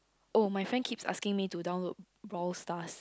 oh my friend keeps asking me to download Brawl Stars